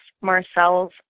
Marcel's